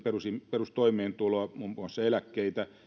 perustoimeentuloa muun muassa eläkkeitä